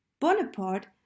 Bonaparte